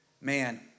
Man